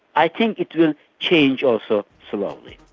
i think it will change also, slowly.